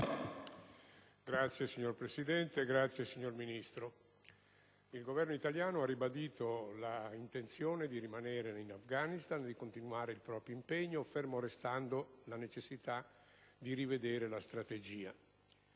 Signor Presidente, signor Ministro, colleghi, il Governo italiano ha ribadito l'intenzione di rimanere in Afghanistan e di continuare il proprio impegno, ferma restando la necessità di rivedere la strategia.